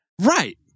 right